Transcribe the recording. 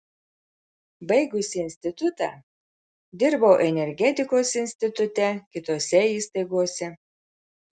baigusi institutą dirbau energetikos institute kitose įstaigose